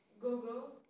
google